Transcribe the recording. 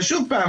ושוב פעם,